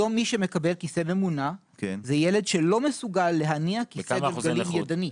היום מי שמקבל כיסא ממונע זה ילד שלא מסוגל להניע כיסא גלגלים ידני.